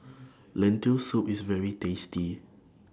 Lentil Soup IS very tasty